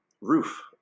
roof